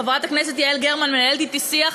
חברת הכנסת יעל גרמן מנהלת אתי שיח,